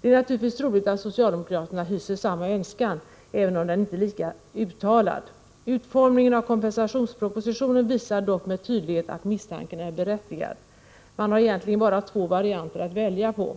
Det är naturligtvis troligt att socialdemokraterna hyser samma önskan, även om den inte är lika uttalad. Utformningen av kompensationspropositionen visar dock med tydlighet att misstanken är berättigad. Man har egentligen bara två varianter att välja på.